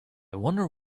wonder